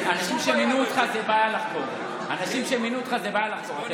אנשים שמינו אותך זה בעיה לחקור.